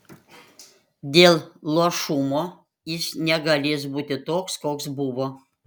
dėl luošumo jis negalės būti toks koks buvo